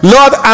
Lord